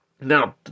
Now